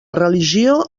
religió